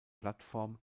plattform